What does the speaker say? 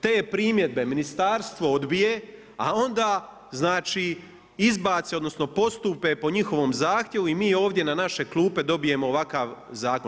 Te primjedbe ministarstvo odbije, a onda znači izbace, odnosno postupe po njihovom zahtjevu i mi ovdje na naše klupe dobijemo ovakav zakon.